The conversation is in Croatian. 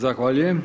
Zahvaljujem.